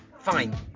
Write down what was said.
Fine